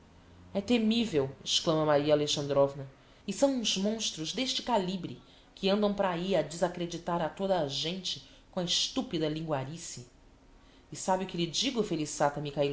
é temivel exclama maria alexandrovna e são uns monstros d'este calibre que andam para ahi a desacreditar a toda a gente com a estupida linguarice e sabe o que lhe digo felissata